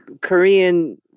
Korean